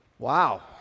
Wow